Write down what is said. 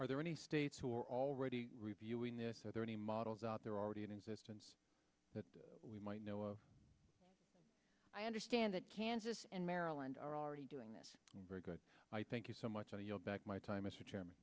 are there any states who are already reviewing this are there any models out there already in existence that we might know of i understand that kansas and maryland are already doing this very good i thank you so much on your back my time